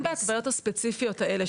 אבל אם בהתוויות הספציפיות האלה,